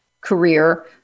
career